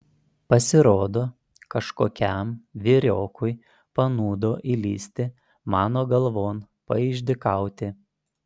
pasirodo kažkokiam vyriokui panūdo įlįsti mano galvon paišdykauti